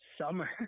Summer